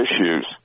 issues